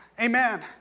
amen